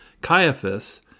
Caiaphas